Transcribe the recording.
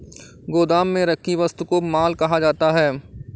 गोदाम में रखी वस्तु को माल कहा जाता है